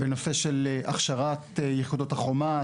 בנושא של הכשרת יחידות החומ"ס,